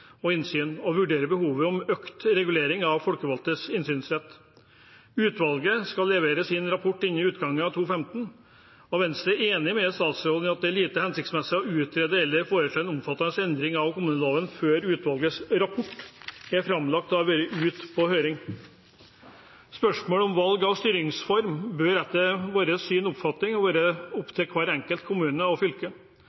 og innsyn» og vurdere behovet for økt regulering av folkevalgtes innsynsrett. Utvalget skal levere sin rapport innen utgangen av 2015. Venstre er enig med statsråden i at det er lite hensiktsmessig å utrede eller foreta en omfattende endring av kommuneloven før utvalgets rapport er framlagt og har vært ute på høring. Spørsmålet om valg av styringsform bør etter vårt syn og oppfatning være opp til hver enkelt kommune og fylke.